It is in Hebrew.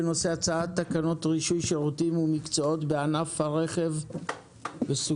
על סדר היום הצעת תקנות רישוי שירותים ומקצועות בענף הרכב (מוסכים),